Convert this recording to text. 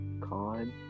con